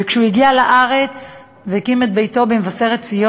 וכשהוא הגיע לארץ והקים את ביתו במבשרת-ציון,